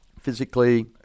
Physically